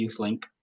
YouthLink